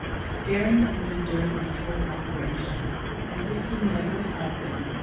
staring at me during the whole operation as if he never had been,